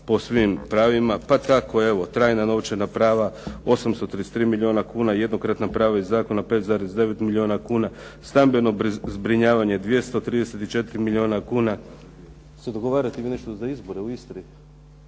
pa tako evo trajna novčana prava 833 milijuna kuna, jednokratna prava iz zakona 5,9 milijuna kuna, stambeno zbrinjavanje 234 milijuna kuna. Sad ogovarate mi nešto za izbore u Istri?